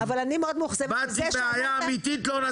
באתי עם בעיה אמיתית ולא נתת תשובה.